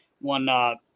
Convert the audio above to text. one